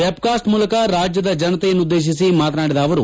webcast ಮೂಲಕ ರಾಜ್ಯದ ಜನತೆಯನ್ನು ಉದ್ದೇಶಿಸಿ ಮಾತನಾಡಿದ ಅವರು